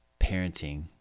parenting